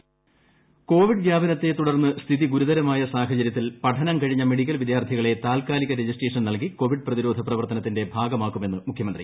മുഖ്യമന്തി കോവിഡ് വ്യാപനത്തെ തുടർന്ന് സ്ഥിതി ഗുരുതരമായ സാഹചര്യത്തിൽ പഠനം കഴിഞ്ഞ മെഡിക്കൽ വിദ്യാർഥികളെ താത്കാലിക രജിസ്ട്രേഷൻ നൽകി കൊവിഡ് പ്രതിരോധ പ്രവർത്തനത്തിന്റെ ഭാഗമാക്കുമെന്ന് മുഖ്യമന്ത്രി